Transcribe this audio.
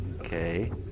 Okay